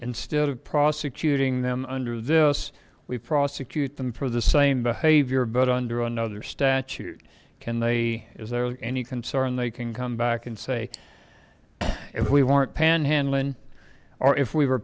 instead of prosecuting them under those we prosecute them for the same behavior but under another statute can they is there any concern they can come back and say if we weren't panhandling or if we were